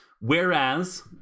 whereas